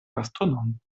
bastonon